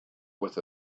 with